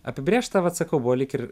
apibrėžta vat sakau buvo lyg ir